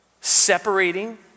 separating